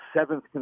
seventh